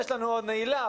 יש לנו עוד נעילה,